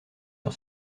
sur